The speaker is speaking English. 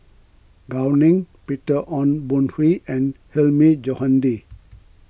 Gao Ning Peter Ong Boon Kwee and Hilmi Johandi